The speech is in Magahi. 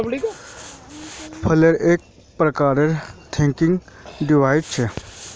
फ्लेल एक प्रकारेर थ्रेसिंग डिवाइस छ